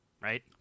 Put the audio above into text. right